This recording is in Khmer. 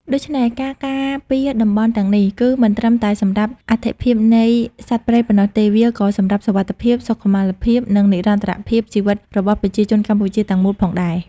ដូច្នេះ ការការពារតំបន់ទាំងនេះ គឺមិនត្រឹមតែសម្រាប់អត្ថិភាពនៃសត្វព្រៃប៉ុណ្ណោះទេ វាក៏សម្រាប់សុវត្ថិភាព សុខុមាលភាព និងនិរន្តរភាពជីវិតរបស់ប្រជាជនកម្ពុជាទាំងមូលផងដែរ។